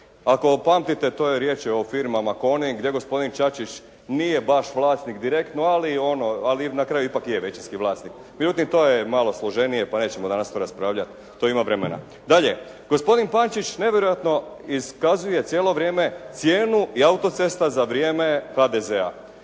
Ako pamtite to je riječ o firmama "Koning" gdje gospodin Čačić nije baš vlasnik direktno, ali ono, ali na kraju ipak je većinski vlasnik. Međutim, to je malo složenije pa nećemo danas raspravljati. To ima vremena. Dalje, gospodin Pančić nevjerojatno iskazuje cijelo vrijem cijene i autocesta za vrijeme HDZ-a.